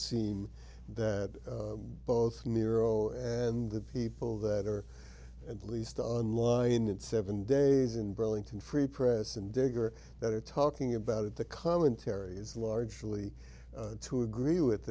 seem that both miro and the people that are at least online and seven days in burlington free press and digger that are talking about it the commentary is largely to agree with